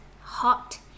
hot